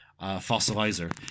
fossilizer